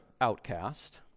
outcast